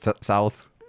south